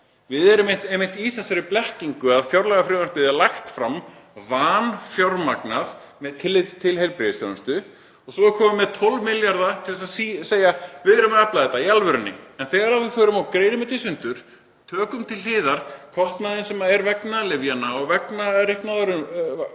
Við stöndum einmitt í þessari blekkingu að fjárlagafrumvarpið er lagt fram vanfjármagnað með tilliti til heilbrigðisþjónustu og svo er komið með 12 milljarða til að segja: Við erum að efla þetta, í alvörunni. En þegar við greinum þetta í sundur, tökum til hliðar kostnaðinn sem er vegna lyfjanna og vegna reiknaða